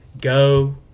go